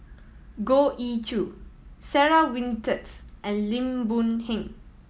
Goh Ee Choo Sarah Winstedt and Lim Boon Heng